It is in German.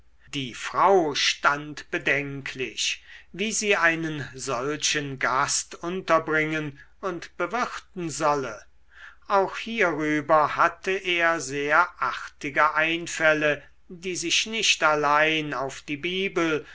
die frau stand bedenklich wie sie einen solchen gast unterbringen und bewirten solle auch hierüber hatte er sehr artige einfälle die sich nicht allein auf die bibel